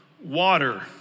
water